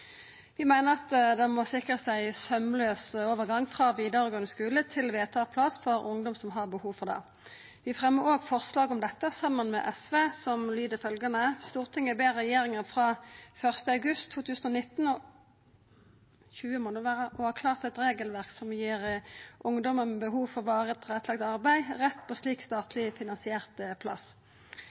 Vi meiner at det må sikrast ein saumlaus overgang frå vidaregåande skule til VTA-plass for ungdom som har behov for det. Vi har òg fremja eit forslag om dette, saman med SV, som lydde på følgjande måte: «Stortinget ber regjeringen fra 1. august 2019 ha klart et regelverk som gir ungdommer med behov for varig tilrettelagt arbeid rett på slik statlig finansiert plass.»